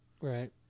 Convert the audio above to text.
Right